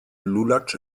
lulatsch